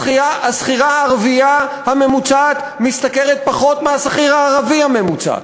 השכירה הערבייה הממוצעת משתכרת פחות מהשכיר הערבי הממוצע,